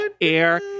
air